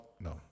No